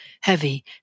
heavy